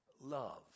love